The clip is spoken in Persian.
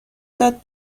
داد